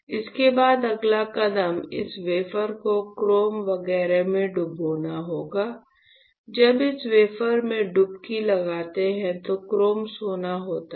इसके बाद अगला कदम इस वेफर को क्रोम वगैरह में डुबाना होगा जब इस वेफर में डुबकी लगाते हैं तो क्रोम सोना होता है